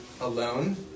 alone